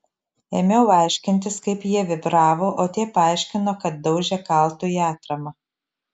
ėmiau aiškintis kaip jie vibravo o tie paaiškino kad daužė kaltu į atramą